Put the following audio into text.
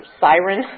siren